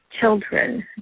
children